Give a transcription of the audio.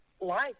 life